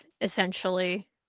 essentially